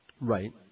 Right